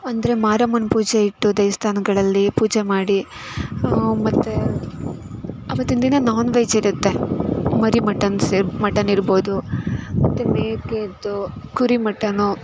ಅಂದರೆ ಮಾರಮ್ಮನ ಪೂಜೆ ಇಟ್ಟು ದೇವಸ್ಥಾನ್ಗಳಲ್ಲಿ ಪೂಜೆ ಮಾಡಿ ಮತ್ತೆ ಅವತ್ತಿನ ದಿನ ನಾನ್ ವೆಜ್ ಇರುತ್ತೆ ಮರಿ ಮಟನ್ಸ್ ಇರ್ಬ್ ಮಟನ್ ಇರ್ಬೋದು ಮತ್ತು ಮೇಕೇದು ಕುರಿ ಮಟನು